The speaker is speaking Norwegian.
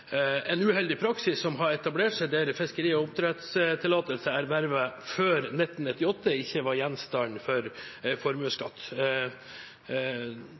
en uheldig praksis som har etablert seg, der fiskeri- og oppdrettstillatelser ervervet før 1998 ikke var gjenstand for formuesskatt.